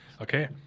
Okay